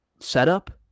setup